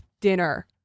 dinner